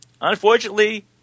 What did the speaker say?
Unfortunately